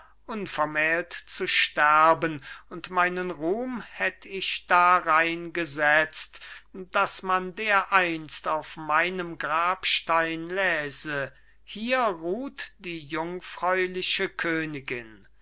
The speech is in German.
unvermählt zu sterben und meinen ruhm hätt ich darein gesetzt daß man dereinst auf meinem grabstein läse hier ruht die jungfräuliche königin